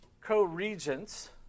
co-regents